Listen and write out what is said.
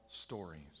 stories